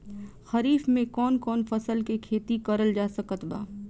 खरीफ मे कौन कौन फसल के खेती करल जा सकत बा?